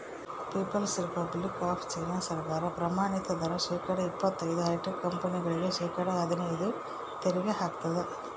people's republic of China ಸರ್ಕಾರ ಪ್ರಮಾಣಿತ ದರ ಶೇಕಡಾ ಇಪ್ಪತೈದು ಹೈಟೆಕ್ ಕಂಪನಿಗಳಿಗೆ ಶೇಕಡಾ ಹದ್ನೈದು ತೆರಿಗೆ ಹಾಕ್ತದ